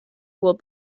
will